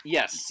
Yes